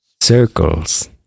Circles